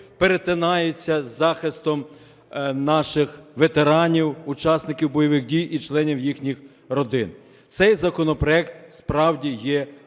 перетинається з захистом наших ветеранів-учасників бойових дій і членів їхніх родин. Цей законопроект справді є важливий,